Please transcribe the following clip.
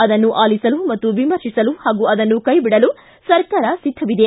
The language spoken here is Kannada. ಆದನ್ನು ಆಲಿಸಲು ಮತ್ತು ವಿಮರ್ತಿಸಲು ಹಾಗೂ ಅದನ್ನು ಕೈವಿಡಲು ಸರ್ಕಾರ ಸಿದ್ದವಿದೆ